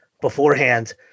beforehand